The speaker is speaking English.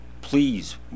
please